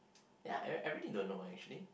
ya ya I really don't know actually